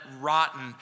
rotten